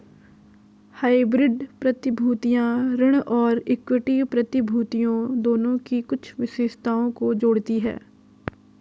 hybrid प्रतिभूतियां ऋण और इक्विटी प्रतिभूतियों दोनों की कुछ विशेषताओं को जोड़ती हैं